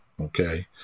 Okay